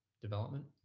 development